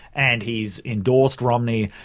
and he's endorsed romney.